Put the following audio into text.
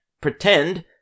pretend